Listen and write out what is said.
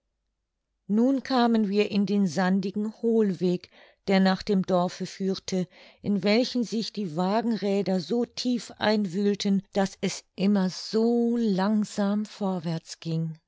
nun kamen wir in den sandigen hohlweg der nach dem dorfe führte in welchen sich die wagenräder so tief einwühlten daß es immer so langsam vorwärts ging